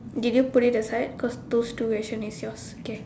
did you put it aside cause those two question is yours K